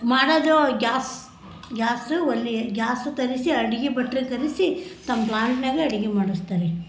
ಮಾಡೋದು gas gas ಒಲೆ gas ತರಿಸಿ ಅಡಿಗೆ ಭಟ್ರು ಕರೆಸಿ ತಮ್ಮ ಪ್ಲಾಂಟ್ನಾಗೆ ಅಡಿಗೆ ಮಾಡಿಸ್ತಾರೆ